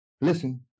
listen